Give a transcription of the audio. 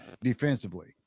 defensively